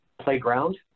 playground